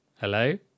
hello